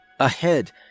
Ahead